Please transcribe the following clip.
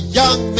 young